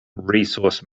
resource